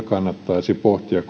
kannattaisi pohtia